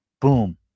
boom